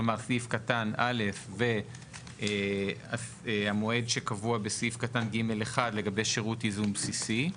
כלומר סעיף קטן א' והמועד שקבוע בסעיף קטן ג' 1 לגבי שירות ייזום בסיסי.